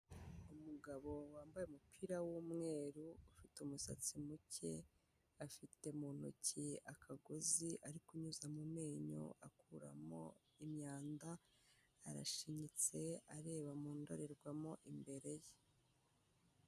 Umugabo wambaye umupira w'umweru, ufite umusatsi muke, afite mu ntoki akagozi ari kunyuza mu menyo akuramo imyanda, arashinyitse, areba mu ndorerwamo imbere ye.